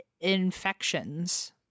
infections